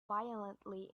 violently